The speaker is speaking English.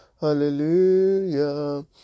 hallelujah